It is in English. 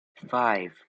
five